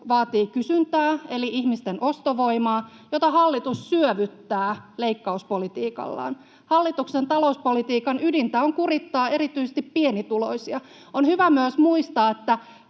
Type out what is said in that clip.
vaatii kysyntää eli ihmisten ostovoimaa, jota hallitus syövyttää leikkauspolitiikallaan. Hallituksen talouspolitiikan ydintä on kurittaa erityisesti pienituloisia. On hyvä myös muistaa,